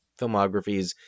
filmographies